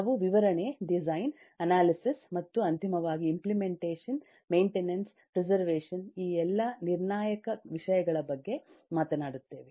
ನಾವು ವಿವರಣೆ design analysis ಮತ್ತು ಅಂತಿಮವಾಗಿ ಇಂಪ್ಲೆಮೆಂಟೇಷನ್ ಮೈಂಟೆನನ್ಸ್ ಪ್ರೆಸೆರ್ವಶನ್ ಈ ಎಲ್ಲ ನಿರ್ಣಾಯಕ ವಿಷಯಗಳ ಬಗ್ಗೆ ಮಾತನಾಡುತ್ತೇವೆ